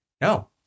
No